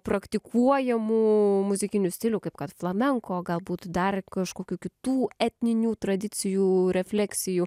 praktikuojamų muzikinių stilių kaip kad flamenko galbūt dar kažkokių kitų etninių tradicijų refleksijų